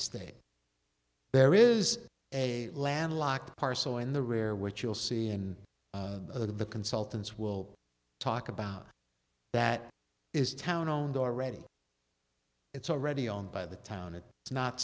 state there is a land locked parcel in the rear which you'll see in the other the consultants will talk about that is town owned already it's already owned by the town